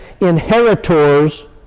inheritors